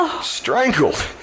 strangled